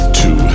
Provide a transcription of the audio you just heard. two